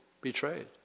betrayed